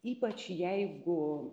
ypač jeigu